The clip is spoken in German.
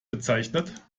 bezeichnet